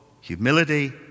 humility